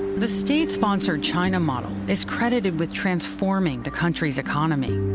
the state-sponsored china model is credited with transforming the country's economy.